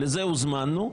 לזה הוזמנו,